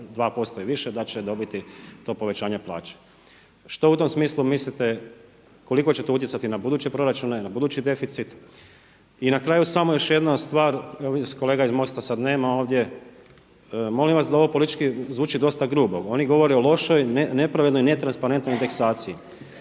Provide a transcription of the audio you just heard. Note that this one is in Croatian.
2% i više da će dobiti to povećanje plaće. Što u tom smislu mislite koliko će to utjecati na buduće proračune, na budući deficit. I na kraju samo još jedna stvar, evo kolega iz MOST-a sad nema ovdje, molim vas da ovo politički zvuči dosta grubu, oni govore o lošoj, nepravednoj, netransparentnoj indeksaciji.